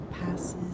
passes